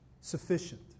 sufficient